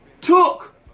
took